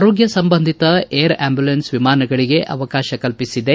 ಆರೋಗ್ಯ ಸಂಬಂಧಿತ air ambulance ವಿಮಾನಗಳಿಗೆ ಅವಕಾಶ ಕಲ್ಪಿಸಿದೆ